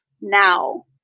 now